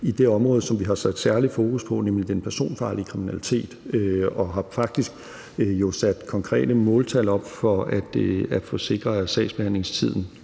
på det område, som vi har sat særlig fokus på, nemlig den personfarlige kriminalitet, og hvor vi jo faktisk har sat konkrete måltal op for at få sikret, at sagsbehandlingstiden